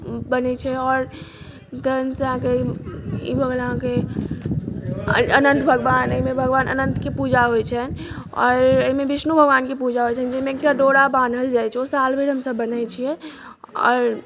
बनैत छै आओर तखनसँ अहाँके ई भऽ गेल अहाँके अन अनन्त भगवान एहिमे भगवान अनन्तके पूजा होइत छनि आओर एहिमे विष्णु भगवानके पूजा होइत छनि जाहिमे एकटा डोरा बान्हल जाइत छै ओ साल भरि हमसभ बन्हैत छियै आओर